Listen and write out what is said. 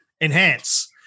enhance